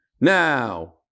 Now